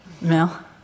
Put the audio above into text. Mel